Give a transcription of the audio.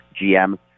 GM